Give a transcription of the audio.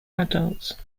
adults